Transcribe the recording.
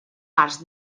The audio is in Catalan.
arts